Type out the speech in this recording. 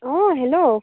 অঁ হেল্ল'